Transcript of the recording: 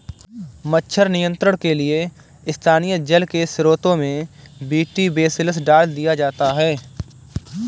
मच्छर नियंत्रण के लिए स्थानीय जल के स्त्रोतों में बी.टी बेसिलस डाल दिया जाता है